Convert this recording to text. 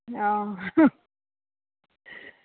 অঁ